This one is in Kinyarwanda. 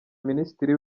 minisitiri